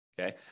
okay